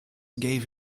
give